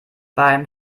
beim